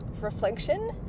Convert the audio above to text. reflection